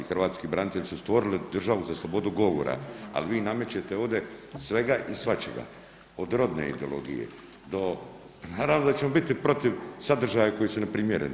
Hrvatski branitelji su stvorili državu za slobodu govora, ali vi namećete ovdje svega i svačega, od rodne ideologije do naravno da ćemo biti protiv sadržaja koji su neprimjereni.